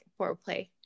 foreplay